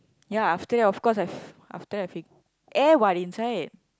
ya after that of course I f~ after that I fi~ air what inside